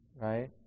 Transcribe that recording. right